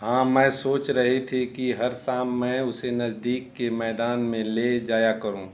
हाँ मैं सोच रही थी कि हर शाम मैं उसे नज़दीक के मैदान में ले जाया करूँ